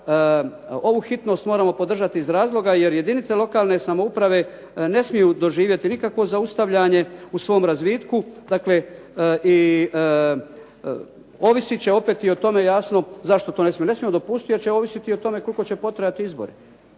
ovu hitnost moramo podržati iz razloga, jer jedinice lokalne samouprave ne smiju doživjeti nikakvo zaustavljanje u svom razvitku i ovisi će opet o tome jasno zašto to ne smijemo, ne smijemo dopustiti jer će ovisiti o tome koliko će potrajati izbori.